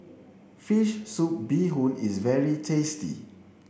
fish soup Bee Hoon is very tasty